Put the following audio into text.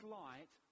light